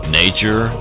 nature